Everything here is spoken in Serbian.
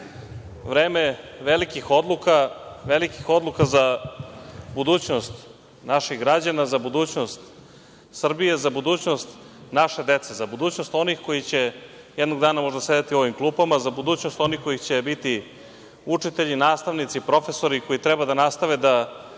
velikih odluka za budućnost naših građana, za budućnost Srbije, za budućnost naše dece, za budućnost onih koji će jednog dana možda sedeti u ovim klupama, za budućnost onih koji će biti učitelji, nastavnici, profesori, koji treba da nastave da